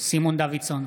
סימון דוידסון,